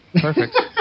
Perfect